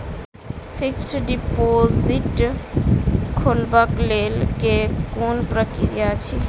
Fixed deposit खोलबाक लेल केँ कुन प्रक्रिया अछि?